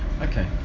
Okay